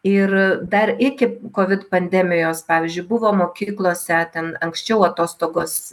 ir dar iki covid pandemijos pavyzdžiui buvo mokyklose ten anksčiau atostogos